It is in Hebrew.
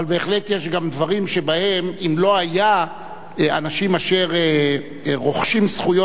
אבל בהחלט יש גם דברים שבהם אם לא היו אנשים אשר רוכשים זכויות,